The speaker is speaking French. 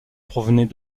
provenait